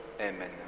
Amen